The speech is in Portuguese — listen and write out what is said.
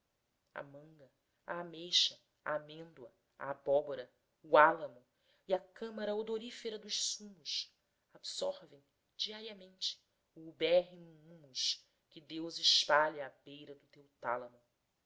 a manga a ameixa a amêndoa a abóbora o álamo e a câmara odorífera dos sumos absorvem diariamente o ubérrimo húmus que deus espalha à beira do seu tálamo